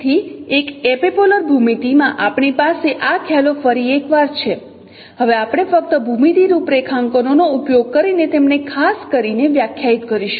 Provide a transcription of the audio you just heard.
તેથી એક એપિપોલર ભૂમિતિમાં આપણી પાસે આ ખ્યાલો ફરી એકવાર છે હવે આપણે ફક્ત ભૂમિતિ રૂપરેખાંકનોનો ઉપયોગ કરીને તેમને ખાસ કરીને વ્યાખ્યાયિત કરીશું